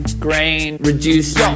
Grain-reduced